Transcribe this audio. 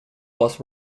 was